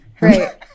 Right